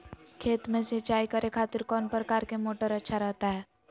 खेत में सिंचाई करे खातिर कौन प्रकार के मोटर अच्छा रहता हय?